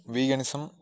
Veganism